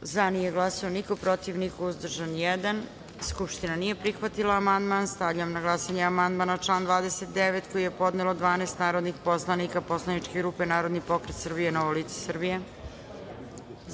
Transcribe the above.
glasanje: za – niko, protiv – niko, uzdržan – jedan. Skupština nije prihvatila ovaj amandman. Stavljam na glasanje amandman na član 19. koji je podnelo 12 narodnih poslanika Poslaničke grupe Narodni pokret Srbije – Novo lice Srbije.